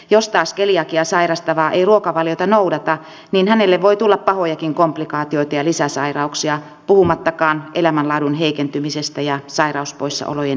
jos taas keliakiaa sairastava ei ruokavaliota noudata niin hänelle voi tulla pahojakin komplikaatioita ja lisäsairauksia puhumattakaan elämänlaadun heikentymisestä ja sairauspoissaolojen lisääntymisestä